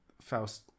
Faust